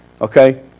Okay